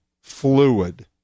fluid